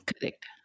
correct